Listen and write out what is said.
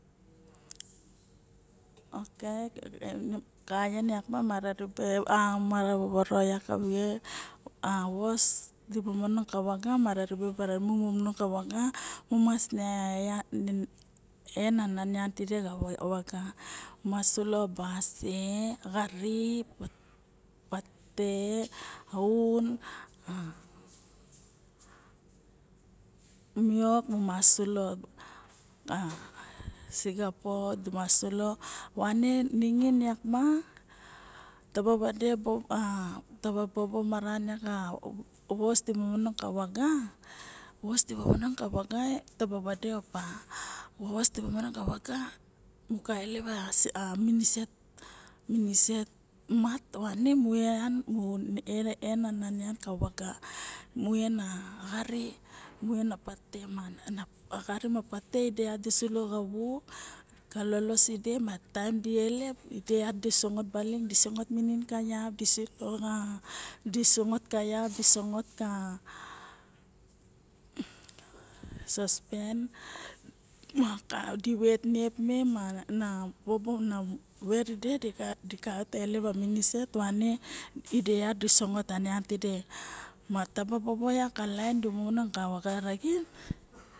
Okay ka axien iak mo mara ribe o vpvoro a vos mu manang kavaga mu mas en na nian moxa voga mu mas sub basie vari patete aun ma miok mumas silo a sixapo vane ningin yak ma taba vede opa di ka il ep a miniset moxa asane mi enen a ninian moxa vaga mu en a xari mu en a patete mo ide yat di silo xa vu ka lolos side ma taim dilep ide yat di sangot ka vap disengot ka sospen ma di oing mana ver ide kaiot ilep miniset wane mo ide vat di sangot a nian tidi ma taba bobo xa laen di monong ka vaga raxin.